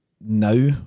now